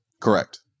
Correct